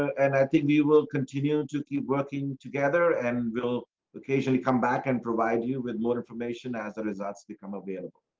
and i think you will continue to keep working together and will occasionally come back and provide you with more information as the results become available.